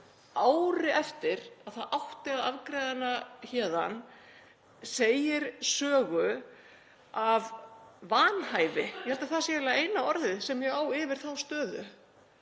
ári eftir að það átti að afgreiða hana héðan segir sögu af vanhæfi. Ég held að það sé eiginlega eina orðið sem ég á yfir þá stöðu,